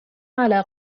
على